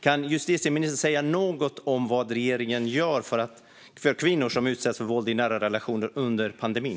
Kan justitieministern säga något om vad regeringen gör för kvinnor som utsätts för våld i nära relationer under pandemin?